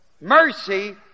mercy